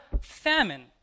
famine